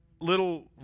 little